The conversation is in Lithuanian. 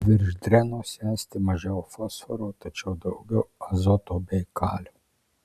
virš drenos esti mažiau fosforo tačiau daugiau azoto bei kalio